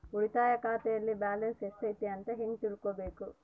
ಉಳಿತಾಯ ಖಾತೆಯಲ್ಲಿ ಬ್ಯಾಲೆನ್ಸ್ ಎಷ್ಟೈತಿ ಅಂತ ಹೆಂಗ ತಿಳ್ಕೊಬೇಕು?